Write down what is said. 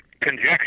conjecture